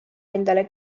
endale